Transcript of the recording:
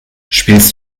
spielst